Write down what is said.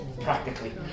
practically